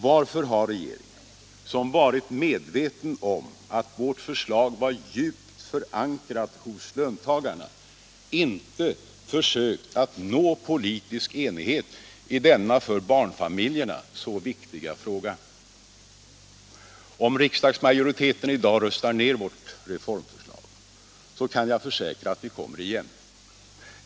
Varför har regeringen — som varit medveten om att vårt förslag var djupt förankrat iv hos löntagarna — inte försökt att nå politisk enighet i denna för barnfamiljerna så viktiga fråga? Om riksdagsmajoriteten i dag röstar ner vårt reformförslag, så kan jag försäkra att vi kommer igen.